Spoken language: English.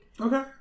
Okay